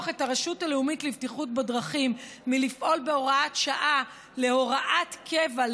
את פעילות הרשות הלאומית לבטיחות בדרכים מהוראת שעה להוראת קבע,